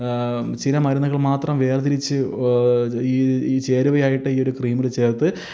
ചില മരുന്നുകള് മാത്രം വേര്തിരിച്ച് ഈ ഈ ചേരുവയായിട്ട് ഈ ഒരു ക്രീമിൽ ചേര്ത്ത്